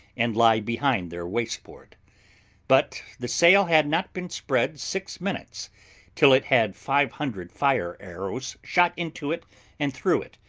and lie behind their waste-board but the sail had not been spread six minutes till it had five hundred fire-arrows shot into it and through it,